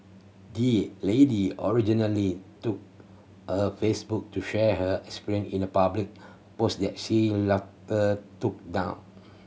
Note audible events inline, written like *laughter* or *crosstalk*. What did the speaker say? the lady originally took a Facebook to share her experience in a public post that she *unintelligible* took down